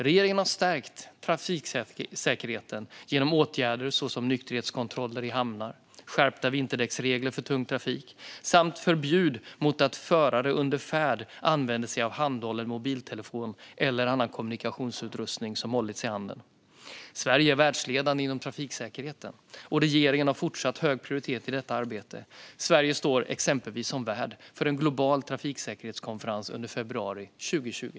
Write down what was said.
Regeringen har stärkt trafiksäkerheten genom åtgärder såsom nykterhetskontroller i hamnar, skärpta vinterdäcksregler för tung trafik och förbud mot att förare under färd använder sig av handhållen mobiltelefon eller annan kommunikationsutrustning som hålls i handen. Sverige är världsledande inom trafiksäkerhet, och regeringen fortsätter att ha hög prioritet på detta arbete. Sverige står exempelvis värd för en global trafiksäkerhetskonferens under februari 2020.